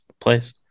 place